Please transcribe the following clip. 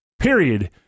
Period